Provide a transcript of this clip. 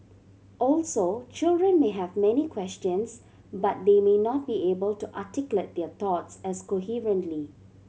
also children may have many questions but they may not be able to articulate their thoughts as coherently